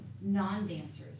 non-dancers